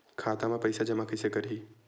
खाता म पईसा जमा कइसे करही?